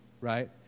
right